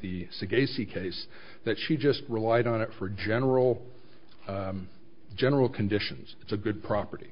the case that she just relied on it for general general conditions it's a good property